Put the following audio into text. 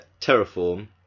Terraform